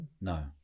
no